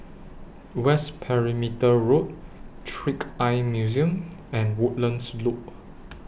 West Perimeter Road Trick Eye Museum and Woodlands Loop